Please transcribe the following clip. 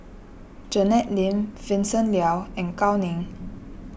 Janet Lim Vincent Leow and Gao Ning